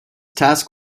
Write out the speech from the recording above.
task